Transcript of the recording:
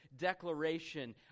declaration